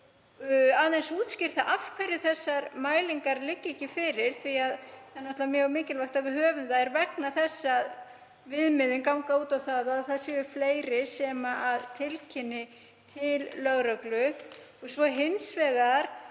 aðeins útskýrt af hverju þessar mælingar liggja ekki fyrir? Það er mjög mikilvægt að við höfum þær vegna þess að viðmiðin ganga út á að það séu fleiri sem tilkynni til lögreglu. Og svo hins vegar,